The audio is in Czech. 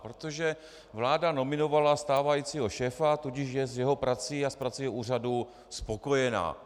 Protože vláda nominovala stávajícího šéfa, tudíž je s jeho prací a s prací jeho úřadu spokojená.